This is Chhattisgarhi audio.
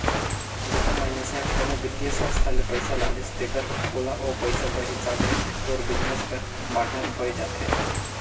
जहां मइनसे हर कोनो बित्तीय संस्था ले पइसा लानिस तेकर ओला ओ पइसा कर हिसाब ले तोर बिजनेस कर पाटनर होए जाथे